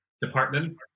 department